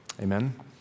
Amen